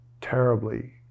terribly